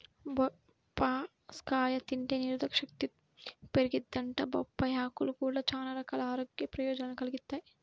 బొప్పాస్కాయ తింటే రోగనిరోధకశక్తి పెరిగిద్దంట, బొప్పాయ్ ఆకులు గూడా చానా రకాల ఆరోగ్య ప్రయోజనాల్ని కలిగిత్తయ్